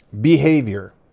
behavior